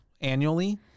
annually